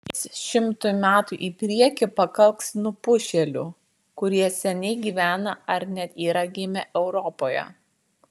is šimtui metų į priekį pakaks nupušėlių kurie seniai gyvena ar net yra gimę europoje